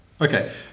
Okay